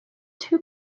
two